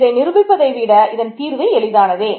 இதை நிரூபிப்பதே விட இதன் தீர்வு எளிதானதே